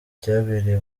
cyabereye